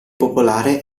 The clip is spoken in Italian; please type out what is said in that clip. popolare